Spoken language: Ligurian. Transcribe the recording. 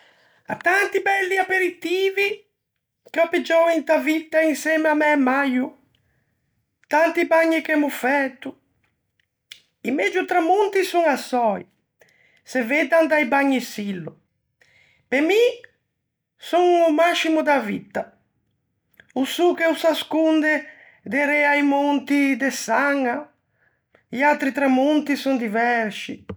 À tanti belli aperitivi che ò piggiou inta vitta insemme à mæ maio, tanti bagni che emmo fæto. I megio tramonti son à Söi, se veddan da-i bagni Sillo, pe mi son o mascimo da vitta. O sô che o s'asconde derê a-i monti de Saña. I atri tramonti son diversci...